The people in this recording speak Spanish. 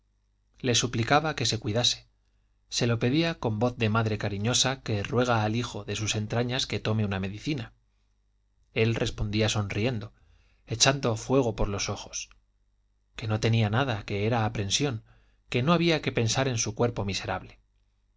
le suplicaba que se cuidase se lo pedía con voz de madre cariñosa que ruega al hijo de sus entrañas que tome una medicina él respondía sonriendo echando fuego por los ojos que no tenía nada que era aprensión que no había que pensar en su cuerpo miserable